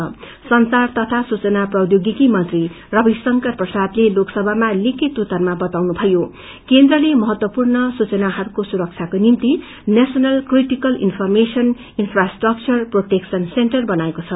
electronics औ सूचना technology मंत्री रविशंकर प्रसादले लोकसभामा लिखित उत्तरमा वाताउनभयो केन्द्रले महत्वपूर्ण सूचनाहरूको सुरक्षाको निम्ति national critical information infrastructure protection centre बनाएको छ